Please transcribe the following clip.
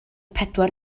pedwar